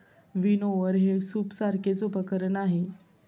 विनओवर हे सूपसारखेच उपकरण आहे